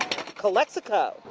calexico.